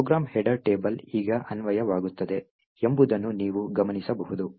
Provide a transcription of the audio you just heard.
program header table ಈಗ ಅನ್ವಯವಾಗುತ್ತದೆ ಎಂಬುದನ್ನು ನೀವು ಗಮನಿಸಬಹುದು